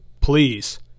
please